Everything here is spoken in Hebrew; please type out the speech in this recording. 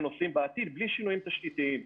נוסעים בעתיד בלי שינויים תשתיתיים.